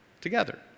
together